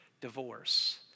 divorce